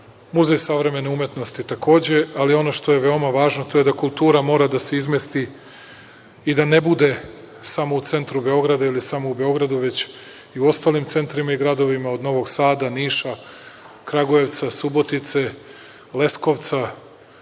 Muzej savremene umetnosti takođe. Ali, ono što je veoma važno, to je da kultura mora da se izmesti i da ne bude samo u centru Beograda ili samo u Beogradu, već i u ostalim centrima i gradovima, od Novog Sada, Niša, Kragujevca, Subotice, Leskovca,